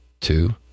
two